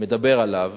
מדבר עליו,